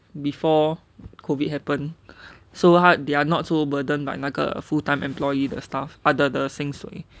before COVID happened so 他 they're not so burdened by 那个 full time employee 的 staff the the the 薪水